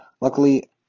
Luckily